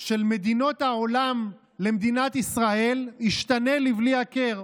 של מדינות העולם למדינת ישראל ישתנה לבלי הכר,